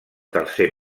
tercer